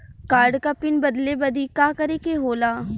Card क pin बदले बदी का करे के होला?